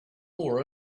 more